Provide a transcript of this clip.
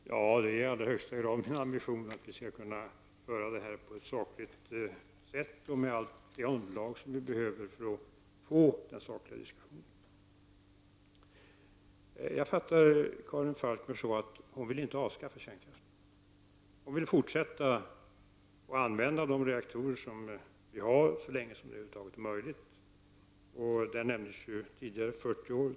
Fru talman! Det är i allra högsta grad min ambition att vi skall kunna föra diskussionen på ett sakligt sätt och med allt underlag som vi behöver. Jag uppfattar Karin Falkmer så att hon inte vill avskaffa kärnkraften. Hon vill fortsätta att använda de reaktorer som finns så länge som det över huvud taget är möjligt. Hökmark nämnde tidigare 40 år.